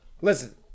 listen